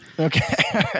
Okay